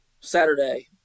Saturday